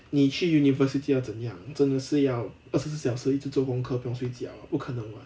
你去 university 要怎样真的是要二十四小时一直做功课不用睡觉 ah 不可能 [what]